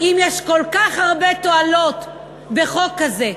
אם יש כל כך הרבה תועלות בחוק כזה,